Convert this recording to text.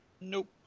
Nope